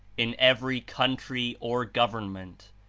in every country or government,